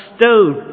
stone